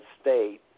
state